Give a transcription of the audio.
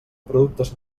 productes